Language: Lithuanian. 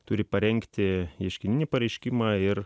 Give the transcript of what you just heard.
turi parengti ieškininį pareiškimą ir